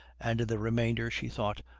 and the remainder, she thought,